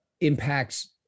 impacts